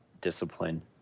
Discipline